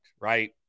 right